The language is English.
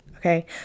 Okay